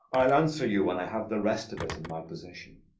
i'll answer you when i have the rest of it in my possession.